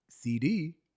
CD